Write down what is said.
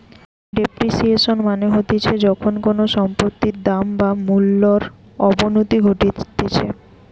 depreciation মানে হতিছে যখন কোনো সম্পত্তির দাম বা মূল্যর অবনতি ঘটতিছে